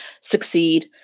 succeed